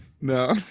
No